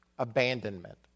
abandonment